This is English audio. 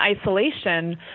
isolation